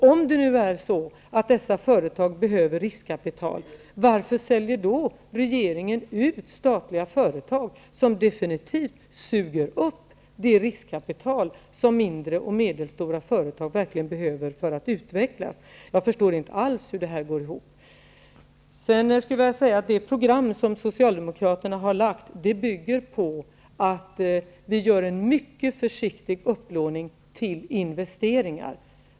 Om dessa företag behöver riskkapital, varför säljer då regeringen ut statliga företag, som definitivt suger upp det riskkapital som mindre och medelstora företag verkligen behöver för att utveckla? Jag förstår inte alls hur det går ihop. I det program som Socialdemokraterna har lagt fram föreslår vi en mycket försiktig upplåning till investeringar.